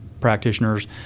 practitioners